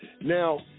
Now